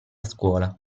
scuola